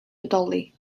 bodoli